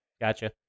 Gotcha